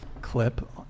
clip